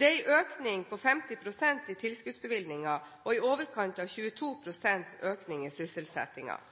Det er en økning på 50 pst. i tilskuddsbevilgninger og i overkant av 22 pst. økning i sysselsettingen.